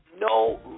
no